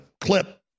clip